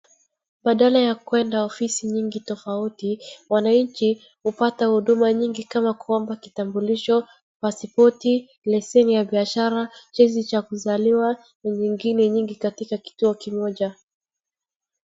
Badala ya kuenda ofisi nyingi tofauti, wananchi hupata huduma nyingi kama kuomba kitambulisho, pasipoti , leseni ya biashara, cheti cha kuzaliwa na nyingine nyingi katika kituo kimoja.